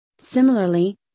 Similarly